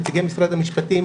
נציגי משרד המשפטים,